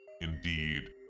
indeed